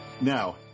Now